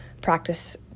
practice